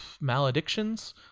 Maledictions